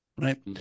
right